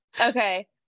okay